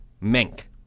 Mink